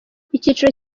icyiciro